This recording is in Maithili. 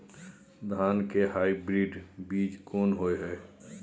धान के हाइब्रिड बीज कोन होय है?